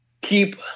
keep